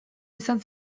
izan